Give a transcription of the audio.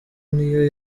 n’iyo